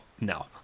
no